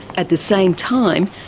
at the same time,